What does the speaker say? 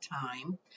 time